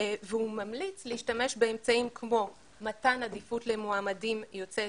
והוא ממליץ להשתמש באמצעים כמו מתן עדיפות למועמדים יוצאי